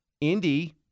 Indy